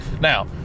Now